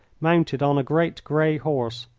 mounted on a great grey horse.